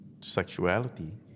Sexuality